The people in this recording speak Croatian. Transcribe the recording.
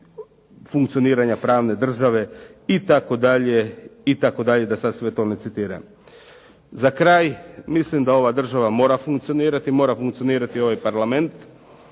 funkcioniranja pravne države itd., itd., da sad sve to ne citiram. Za kraj, mislim da ova država mora funkcionirati, mora funkcionirati ovaj Parlament.